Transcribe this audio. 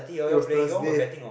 it was Thursday